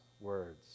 words